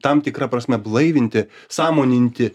tam tikra prasme blaivinti sąmoninti